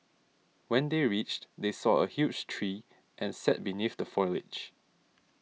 when they reached they saw a huge tree and sat beneath the foliage